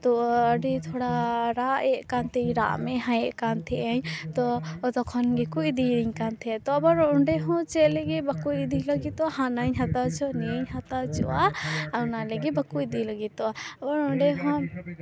ᱛᱳ ᱟᱹᱰᱤ ᱛᱷᱚᱲᱟ ᱨᱟᱜ ᱮᱸᱫ ᱠᱟᱱ ᱛᱤᱧ ᱨᱟᱜᱽ ᱢᱮᱫᱦᱟᱭᱮᱫ ᱠᱟᱱ ᱛᱟᱦᱮᱸᱭᱤᱧ ᱛᱳ ᱛᱚᱠᱷᱚᱱ ᱜᱮᱠᱚ ᱤᱫᱤᱭᱤᱧ ᱠᱟᱱ ᱛᱟᱦᱮᱸᱫ ᱛᱳ ᱟᱵᱟᱨ ᱚᱰᱮᱸ ᱦᱚᱸ ᱡᱮ ᱪᱮᱫ ᱞᱟᱹᱜᱤᱫ ᱵᱟᱠᱚ ᱤᱫᱤ ᱞᱟᱹᱜᱤᱫᱚᱜᱼᱟ ᱦᱟᱱᱟᱧ ᱦᱟᱛᱟᱣᱟ ᱱᱤᱭᱟᱹᱧ ᱦᱟᱛᱟ ᱦᱚᱪᱚᱜᱼᱟ ᱟᱨ ᱚᱱᱟ ᱞᱟᱹᱜᱤᱫ ᱵᱟᱠᱚ ᱤᱫᱤ ᱞᱟᱹᱜᱤᱫᱚᱜᱼᱟ ᱟᱵᱟᱨ ᱚᱰᱮᱸ ᱦᱚᱸ